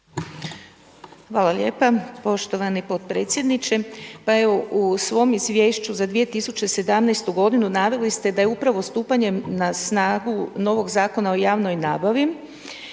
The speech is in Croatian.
Hvala lijepa poštovani potpredsjedniče. Pa evo, u svom izvješću za 2017.g. naveli ste da je upravo stupanjem na snagu novog Zakona o javnoj nabavi